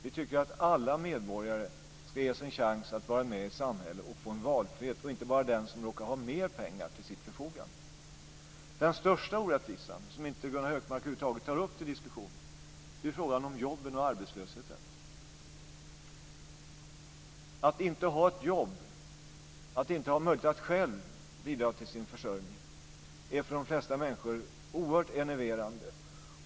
Vi tycker att alla medborgare ska ges en chans att vara med i samhället och få en valfrihet - och inte bara den som råkar ha mer pengar till sitt förfogande. Den största orättvisan, som Gunnar Hökmark över huvud taget inte tar upp till diskussion, är frågan om jobben och arbetslösheten. Att inte ha ett jobb och att inte ha möjlighet att själv bidra till sin försörjning är för de flesta människor oerhört enerverande.